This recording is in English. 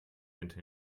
into